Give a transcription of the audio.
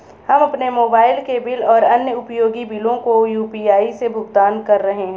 हम अपने मोबाइल के बिल और अन्य उपयोगी बिलों को यू.पी.आई से भुगतान कर रहे हैं